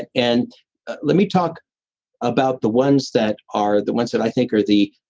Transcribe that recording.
and let me talk about the ones that are the ones that i think are the,